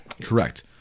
Correct